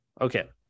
Okay